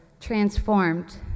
transformed